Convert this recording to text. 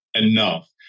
enough